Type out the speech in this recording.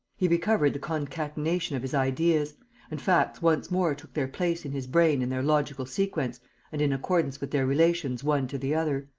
he recovered the concatenation of his ideas and facts once more took their place in his brain in their logical sequence and in accordance with their relations one to the other.